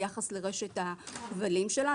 ביחס לרשת הכבלים שלה,